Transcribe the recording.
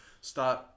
Start